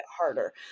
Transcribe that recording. harder